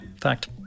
fact